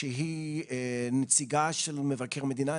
שהיא נציגה של מבקר המדינה.